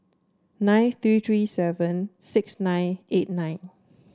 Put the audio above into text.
nine three three seven six nine eight nine